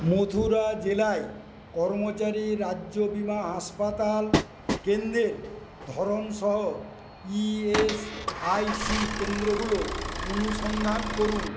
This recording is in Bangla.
মথুরা জেলায় কর্মচারী রাজ্য বীমা হাসপাতাল কেন্দ্রের ধরন সহ ই এস আই সি কেন্দ্রগুলো অনুসন্ধান করুন